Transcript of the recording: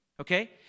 okay